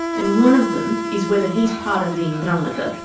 and one of them is whether he's part of the ndrangheta.